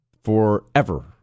Forever